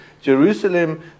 Jerusalem